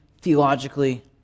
theologically